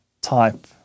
type